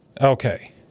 okay